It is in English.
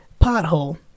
pothole